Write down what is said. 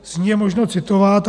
Z ní je možno citovat.